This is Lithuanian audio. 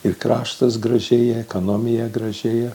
ir kraštas gražėja ekonomija gražėja